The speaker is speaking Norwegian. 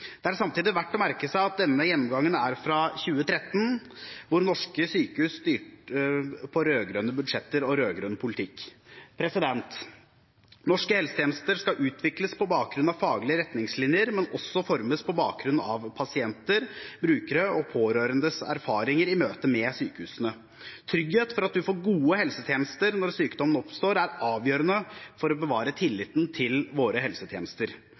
Det er samtidig verdt å merke seg at denne gjennomgangen er fra 2013, da norske sykehus styrte på rød-grønne budsjetter og rød-grønn politikk. Norske helsetjenester skal utvikles på bakgrunn av faglige retningslinjer, men også formes på bakgrunn av pasienter, brukere og pårørendes erfaringer i møte med sykehusene. Trygghet for at du får gode helsetjenester når sykdommen oppstår, er avgjørende for å bevare tillit til våre helsetjenester.